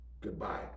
Goodbye